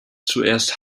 zuerst